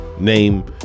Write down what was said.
name